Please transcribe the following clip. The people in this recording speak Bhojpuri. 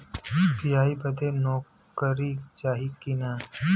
यू.पी.आई बदे नौकरी चाही की ना?